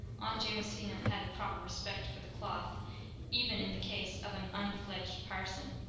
aunt jamesina had a proper respect for the cloth even in the case of an unfledged parson.